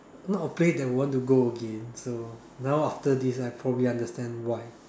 not a place that you want to go again so now after this I probably understand why